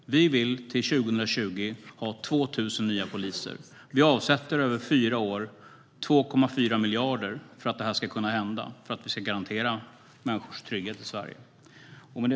Vi vill till 2020 ha 2 000 nya poliser. Vi avsätter över fyra år 2,4 miljarder för att det ska kunna hända och för att vi ska kunna garantera människors trygghet i Sverige.